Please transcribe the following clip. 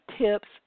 tips